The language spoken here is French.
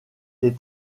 est